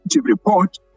report